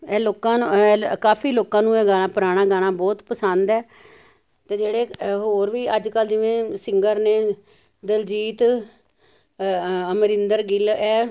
ਇਹ ਲੋਕਾਂ ਨ ਕਾਫ਼ੀ ਲੋਕਾਂ ਇਹ ਗਾਣਾ ਪੁਰਾਣਾ ਗਾਣਾ ਬਹੁਤ ਪਸੰਦ ਹੈ ਅਤੇ ਜਿਹੜੇ ਹੋਰ ਵੀ ਅੱਜ ਕੱਲ੍ਹ ਜਿਵੇਂ ਸਿੰਗਰ ਨੇ ਦਲਜੀਤ ਅਮਰਿੰਦਰ ਗਿੱਲ ਹੈ